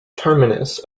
terminus